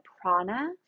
prana